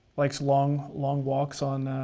likes long, long walks on.